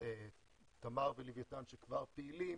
תמר ולוויתן שכבר פעילים